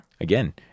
Again